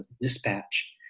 Dispatch